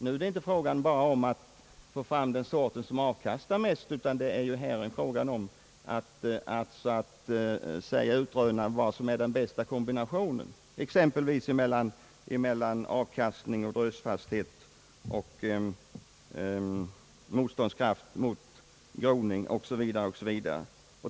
Nu är det inte bara fråga om att få fram bara sorter med hög avkastning, utan det är fråga om att utröna vad som är den bästa kombinationen, exempelvis mellan avkastning och drösfasthet och motståndskraft mot groning osv.